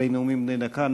אחרי נאומים בני דקה,